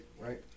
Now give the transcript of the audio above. right